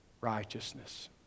righteousness